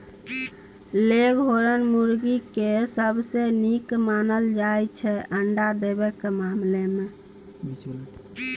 leghorn मुरगी केँ सबसँ नीक मानल जाइ छै अंडा देबाक मामला मे